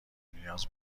نیاز